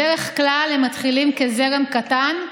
בדרך כלל הם מתחילים כזרם קטן,